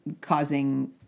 causing